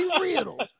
Riddle